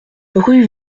rue